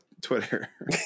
Twitter